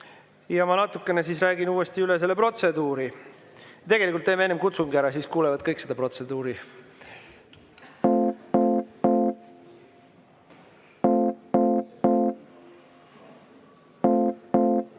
Ma natuke räägin uuesti üle selle protseduuri. Tegelikult teeme enne kutsungi ära, siis kuulevad kõik seda protseduuri. Palun